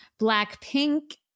Blackpink